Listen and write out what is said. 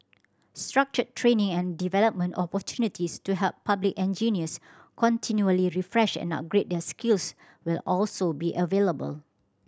structured training and development opportunities to help public engineers continually refresh and upgrade their skills will also be available